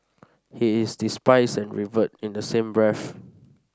he is despised and revered in the same breath